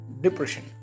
depression